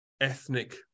ethnic